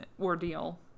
ordeal